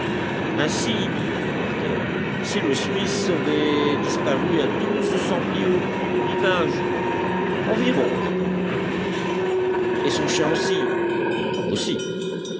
ainsi dit le reporter cyrus smith aurait disparu à douze cents pieds au plus du rivage environ répondit pencroff et son chien aussi aussi